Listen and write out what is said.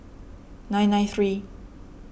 nine nine three